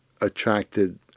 attracted